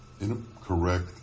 incorrect